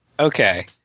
Okay